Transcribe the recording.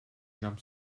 jump